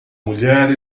mulher